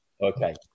Okay